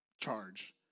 charge